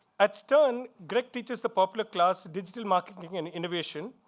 at stern, greg teaches the popular class digital marketing and innovation.